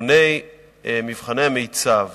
בנתוני מבחני המיצ"ב